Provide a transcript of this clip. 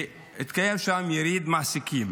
והתקיים שם יריד מעסיקים.